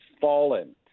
fallen